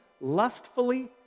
lustfully